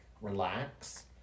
relax